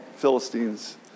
Philistines